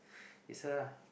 is her lah